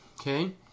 Okay